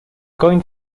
going